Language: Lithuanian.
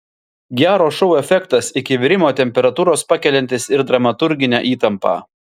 gero šou efektas iki virimo temperatūros pakeliantis ir dramaturginę įtampą